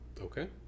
okay